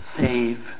save